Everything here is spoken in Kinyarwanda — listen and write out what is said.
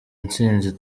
ntsinzi